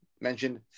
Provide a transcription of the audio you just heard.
mentioned